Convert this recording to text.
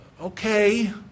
Okay